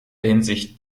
hinsicht